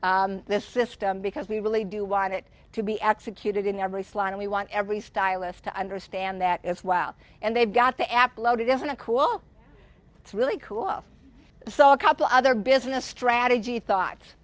this system because we really do want it to be executed in every slot and we want every stylist to understand that as well and they've got to after load it isn't a quote it's really cool so a couple other business strategy thought